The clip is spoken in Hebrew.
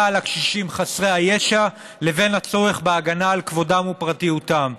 על הקשישים חסרי הישע לבין הצורך בהגנה על כבודם ופרטיותם.